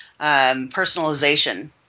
personalization